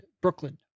Brooklyn